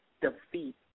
defeat